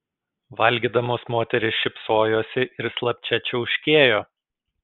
valgydamos moterys šypsojosi ir slapčia čiauškėjo